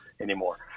anymore